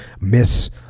miss